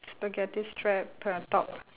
spaghetti strap put on top